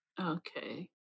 Okay